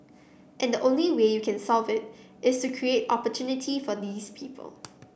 and the only way you can solve it is to create opportunity for these people